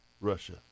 Russia